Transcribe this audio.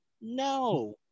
No